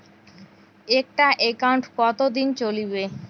একটা একাউন্ট কতদিন চলিবে?